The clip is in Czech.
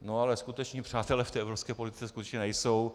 No ale skuteční přátelé v té evropské politice skutečně nejsou.